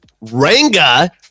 ranga